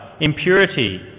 Impurity